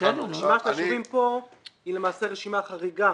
רשימת הישובים כאן היא למעשה רשימה חריגה